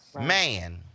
man